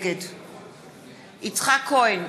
נגד יצחק כהן,